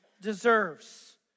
deserves